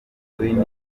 bubiligi